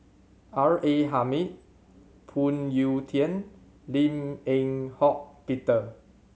R A Hamid Phoon Yew Tien Lim Eng Hock Peter